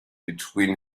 between